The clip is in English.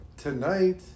Tonight